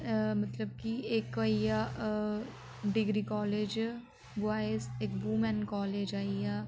मतलब कि इक आई गेआ डिग्री कालेज बोऐज इक बुमैन कालेज आई गेआ